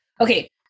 Okay